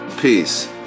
peace